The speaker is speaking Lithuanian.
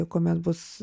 kuomet bus